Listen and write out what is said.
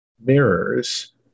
mirrors